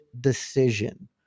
decision